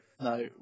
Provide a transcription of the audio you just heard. No